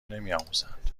نمیآموزند